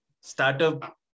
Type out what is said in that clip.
Startup